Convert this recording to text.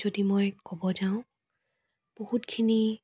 যদি মই ক'ব যাওঁ বহুতখিনি